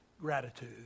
gratitude